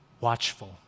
watchful